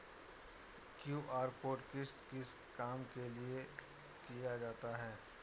QR code किस किस काम में लिया जाता है?